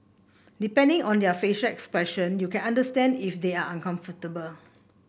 depending on their facial expression you can understand if they are uncomfortable